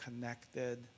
connected